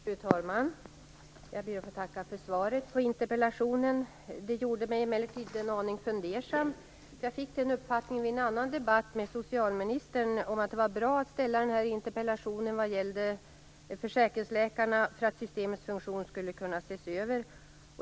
Fru talman! Jag ber att få tacka för svaret på interpellationen. Det gjorde mig emellertid en aning fundersam. Jag fick den uppfattningen vid en annan debatt med socialministern att det var bra att ställa den här interpellationen om försäkringsläkarna för att systemets funktion skulle kunna ses över.